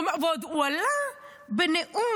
ועוד הוא עלה בנאום,